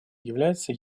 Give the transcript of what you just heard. является